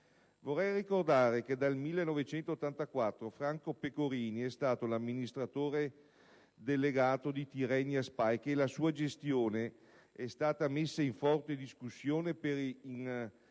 Vorrei ricordare che dal 1984 Franco Pecorini è l'amministratore delegato di Tirrenia Spa e che la sua gestione è stata messa in forte discussione per